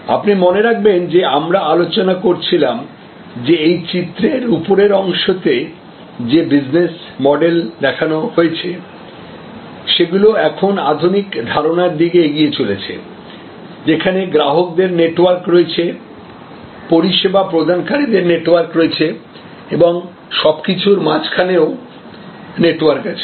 আপনি মনে রাখবেন যে আমরা আলোচনা করছিলাম যে এই চিত্রের উপরের অংশতে যে বিজনেস মডেল দেখানো হয়েছে সেগুলি এখন আধুনিক ধারণার দিকে এগিয়ে চলেছে যেখানে গ্রাহকদের নেটওয়ার্ক রয়েছে পরিষেবা প্রদানকারীদের নেটওয়ার্ক রয়েছে এবং সবকিছুর মাঝখানেও নেটওয়ার্ক আছে